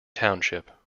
township